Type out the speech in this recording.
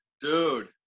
Dude